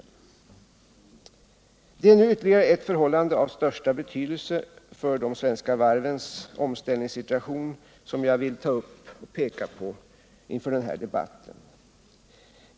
Det är nu ytterligare ett förhållande av största betydelse för de svenska varvens omställningssituation som jag vill ta upp och peka på i den här debatten.